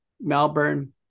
Melbourne